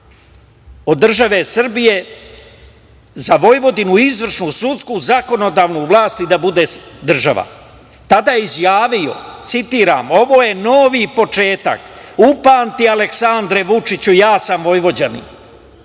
od države Srbije za Vojvodinu izvršnu, sudsku, zakonodavnu vlast i da bude država. Tada je izjavio, citiram – „Ovo je novi početak, upamti Aleksandre Vučiću“, ja sam Vojvođanin. Evo